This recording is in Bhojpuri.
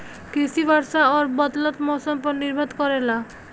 कृषि वर्षा और बदलत मौसम पर निर्भर करेला